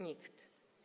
Nikt.